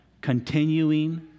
continuing